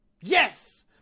Yes